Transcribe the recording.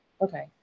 Okay